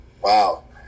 Wow